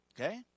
Okay